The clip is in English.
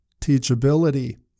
Teachability